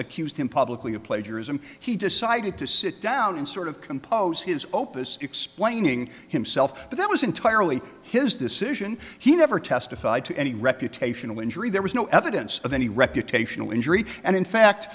accused him publicly of plagiarism he decided to sit down and sort of compose his opus explaining himself but that was entirely his decision he never testified to any reputational injury there was no evidence of any reputational injury and in fact